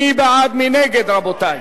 מי בעד, מי נגד, רבותי?